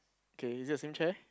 okay is the same chair